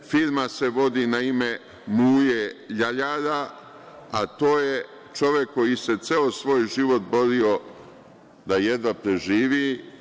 Firma se vodi na ime Muje Ljaljara, a to je čovek koji se ceo svoj život borio da jedva preživi.